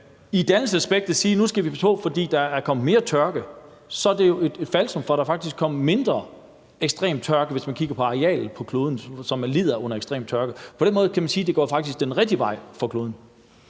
i dannelsesøjemed siger, at vi skal passe på nu, fordi der er kommet mere tørke, så er det jo et falsum, for der er faktisk kommet mindre ekstrem tørke, hvis man kigger på det areal på kloden, som lider under ekstrem tørke. På den måde kan man sige, at det faktisk går den rigtige vej for kloden.